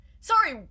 sorry